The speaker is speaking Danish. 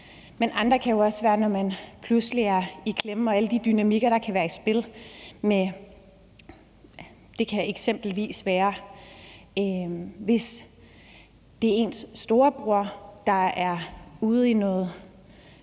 men andre kan også være, når man pludselig er i klemme og oplever alle de dynamikker, der kan være i spil. Det kan eksempelvis være, hvis det er ens storebror eller nogle,